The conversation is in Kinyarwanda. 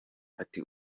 ati